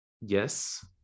Yes